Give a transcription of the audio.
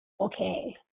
okay